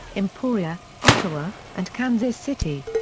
emporia, ottawa, and kansas city.